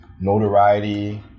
notoriety